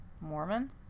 Mormon